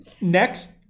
Next